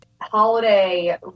holiday